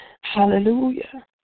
Hallelujah